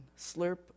slurp